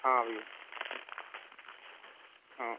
हाँ भइया हाँ